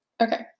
Okay